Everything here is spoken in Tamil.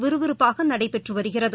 விறுவிறுப்பாக நடைபெற்று வருகிறது